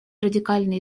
радикальные